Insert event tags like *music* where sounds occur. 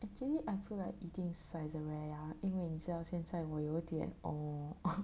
actually I feel like eating Saezeriya 怎么样因为你只要现在我有点 orh *laughs*